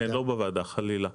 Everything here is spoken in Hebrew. לא בוועדה חלילה.